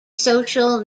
social